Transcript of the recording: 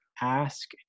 ask